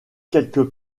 quelques